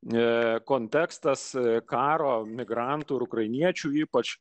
ne kontekstas karo migrantų ir ukrainiečių ypač